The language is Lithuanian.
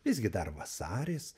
visgi dar vasaris